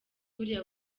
buriya